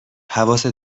حواست